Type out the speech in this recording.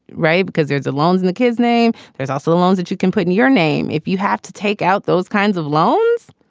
right. because there's the loans in the kid's name. there's also the loans that you can put in your name if you have to take out those kinds of loans.